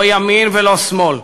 לא ימין ולא שמאל,